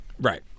Right